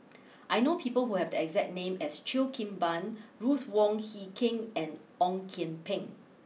I know people who have the exact name as Cheo Kim Ban Ruth Wong Hie King and Ong Kian Peng